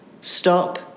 Stop